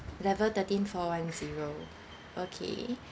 level thirteen four one zero okay